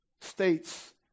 states